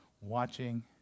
watching